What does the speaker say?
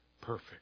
perfect